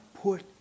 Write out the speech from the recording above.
put